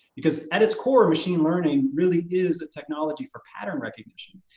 because at its core, machine learning really is a technology for pattern recognition.